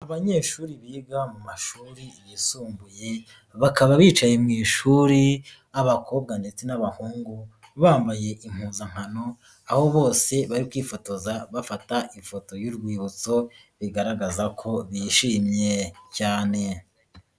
Abanyeshuri biga mu mashuri yisumbuye, bakaba bicaye mu ishuri, abakobwa ndetse n'abahungu bambaye impuzankano, aho bose bari kwifotoza bafata ifoto y'urwibutso, bigaragaza ko bishimye cyane.